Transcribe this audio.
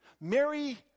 Mary